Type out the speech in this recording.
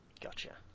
Gotcha